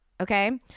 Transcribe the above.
Okay